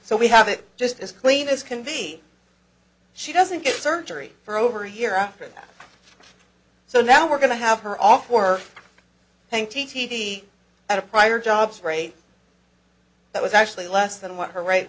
so we have it just as clean as can be she doesn't get surgery for over a year after that so now we're going to have her off we're paying t t t at a prior jobs rate that was actually less than what her r